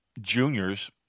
juniors